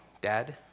Dad